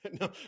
No